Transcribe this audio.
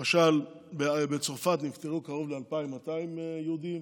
למשל בצרפת נפטרו 2,200 יהודים,